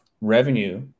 revenue